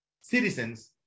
citizens